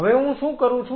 હવે હું શું કરું છું